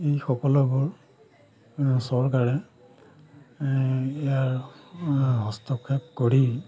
এই সকলোবোৰ চৰকাৰে ইয়াৰ হস্তক্ষেপ কৰি